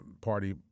Party